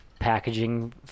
packaging